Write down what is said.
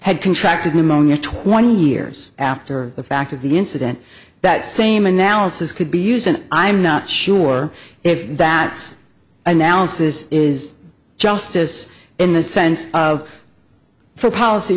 had contracted pneumonia twenty years after the fact of the incident that same analysis could be used and i'm not sure if that's analysis is justice in the sense of for policy